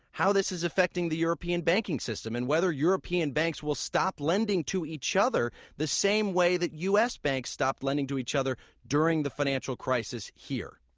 how this is affecting the european banking system and whether european banks will stop lending to each other the same way that u s. banks stopped lending to each other during the financial crisis here.